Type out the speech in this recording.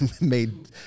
made